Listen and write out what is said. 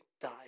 die